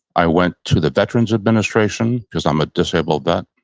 i went to the veteran's administration because i'm a disabled vet.